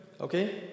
okay